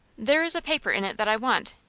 there is a paper in it that i want.